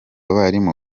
abarimu